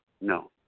No